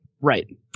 Right